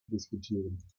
diskutieren